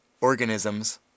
organisms